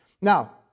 Now